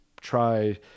try